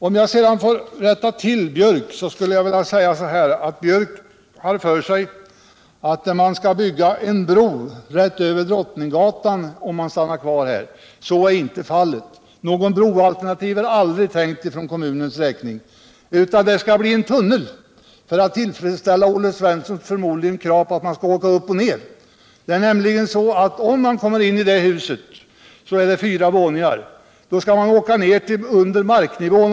Om jag sedan får rätta Anders Björck skulle jag vilja säga att han tycks ha för sig att man måste bygga en bro över Drottninggatan, om man väljer att stanna kvar vid Sergels torg. Så är emellertid inte fallet. Något broalternativ har kommunen aldrig tänkt sig. Det gäller en tunnel — som väl tillfredsställer Olle Svenssons krav på att åka upp och ned. Kommer man in i det huset rör det nämligen sig om fyra våningar. Man skall sedan åka ned under marknivån.